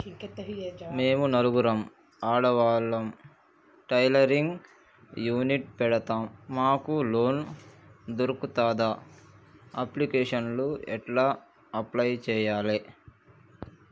మేము నలుగురం ఆడవాళ్ళం టైలరింగ్ యూనిట్ పెడతం మాకు లోన్ దొర్కుతదా? అప్లికేషన్లను ఎట్ల అప్లయ్ చేయాలే?